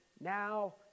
Now